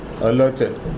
alerted